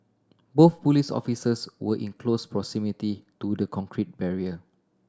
both police officers were in close proximity to the concrete barrier